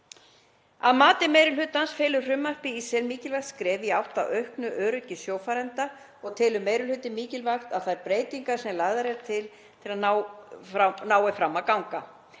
Að mati meiri hlutans felur frumvarpið í sér mikilvæg skref í átt að auknu öryggi sjófarenda og telur meiri hlutinn mikilvægt að þær breytingar sem lagðar eru til nái fram að ganga.